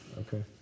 Okay